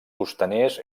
costaners